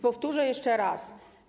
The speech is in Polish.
Powtórzę jeszcze raz.